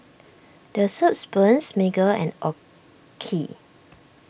the Soup Spoon Smiggle and Oki